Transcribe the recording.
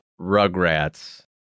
Rugrats